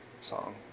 song